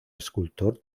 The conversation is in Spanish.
escultor